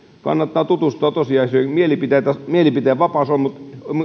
kannattaa tutustua tosiasioihin mielipiteenvapaus on mutta